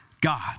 God